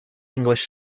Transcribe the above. english